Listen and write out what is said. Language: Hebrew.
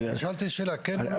שאלתי שאלה, כן או לא.